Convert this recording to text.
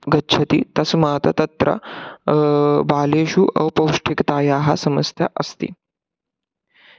गच्छति तस्मात् तत्र बालेषु अपौष्टिकतायाः समस्या अस्ति